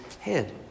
head